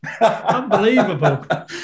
Unbelievable